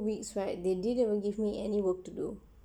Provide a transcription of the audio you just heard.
weeks right they didn't even give me any work to do